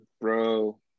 Bro